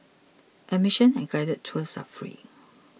admission and guided tours are free